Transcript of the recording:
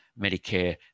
Medicare